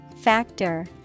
Factor